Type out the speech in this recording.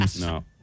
No